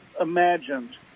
imagined